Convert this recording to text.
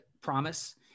promise